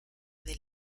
del